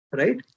right